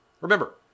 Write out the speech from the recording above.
Remember